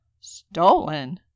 Stolen